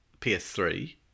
PS3